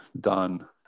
done